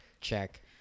Check